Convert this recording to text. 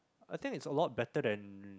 I think its a lot better than